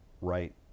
right